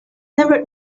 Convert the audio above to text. never